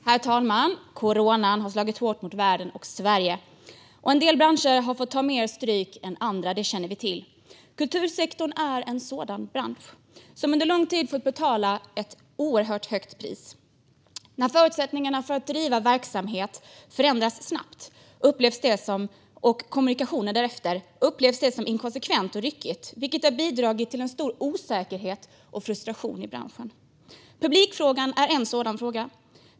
Herr talman! Coronan har slagit hårt mot världen och Sverige. En del branscher har fått ta mer stryk än andra; det känner vi till. Kultursektorn är en sådan bransch som under lång tid fått betala ett oerhört högt pris. När förutsättningarna för att bedriva verksamhet förändras snabbt upplevs det - och kommunikationen därefter - som inkonsekvent och ryckigt, vilket har bidragit till stor osäkerhet och frustration i branschen. Publikfrågan är ett exempel.